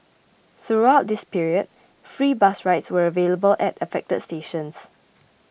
throughout this period free bus rides were available at affected stations